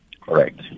Correct